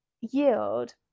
yield